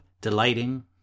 delighting